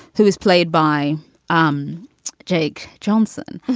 who is played by um jake johnson.